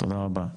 תודה רבה.